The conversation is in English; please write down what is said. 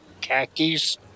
Khakis